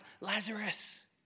Lazarus